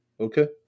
okay